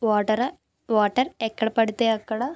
water water ఎక్కడపడితే అక్కడ